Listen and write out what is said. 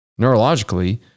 Neurologically